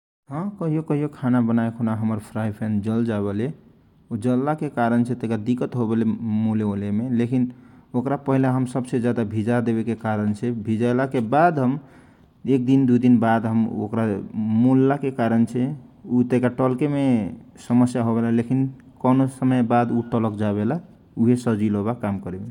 ह कहीयो कहियो खाना बनाए खुना हमर फ्राई प्यान जल जावेला उ जलला के कारणसे तईका दीकत हो वेले मोले ओलेके लेखिन ओखरा सबछे पहिला भिजा क देला के कारण छे भिजाएला के कारण से एक दुई दिन बाद मोलला के कारण छे तइका टलके मे समय लागेला लेखिन कौने समय उ अपने टलक जावला ।